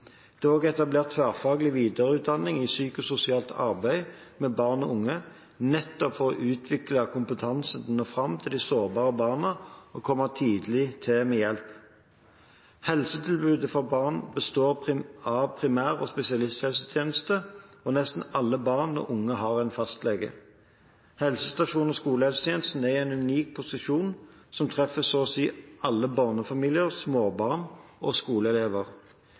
Det er også etablert tverrfaglig videreutdanning i psykososialt arbeid med barn og unge, nettopp for å utvikle kompetanse til å nå fram til de sårbare barna og komme tidlig til med hjelp. Helsetilbudet for barn består av primær- og spesialisthelsetjenester, og nesten alle barn og unge har en fastlege. Helsestasjons- og skolehelsetjenesten er i en unik posisjon som treffer så å si alle barnefamilier, småbarn og skoleelever.